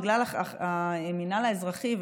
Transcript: בגלל המינהל האזרחי,